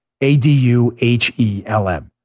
A-D-U-H-E-L-M